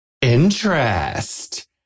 Interest